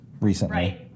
recently